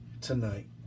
Tonight